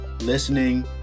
listening